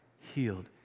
healed